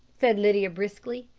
said lydia briskly.